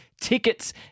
Tickets